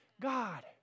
God